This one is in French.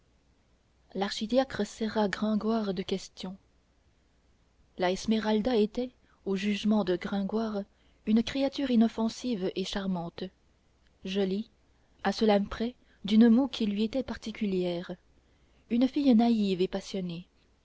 l'archidiacre serra gringoire de questions la esmeralda était au jugement de gringoire une créature inoffensive et charmante jolie à cela près d'une moue qui lui était particulière une fille naïve et passionnée